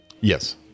yes